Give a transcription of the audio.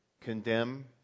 Condemn